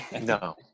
No